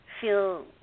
feel